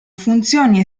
funzioni